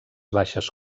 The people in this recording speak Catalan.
baixes